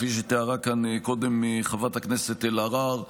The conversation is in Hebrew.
כפי שתיארה כאן קודם חברת הכנסת אלהרר.